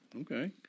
Okay